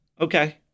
Okay